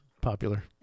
popular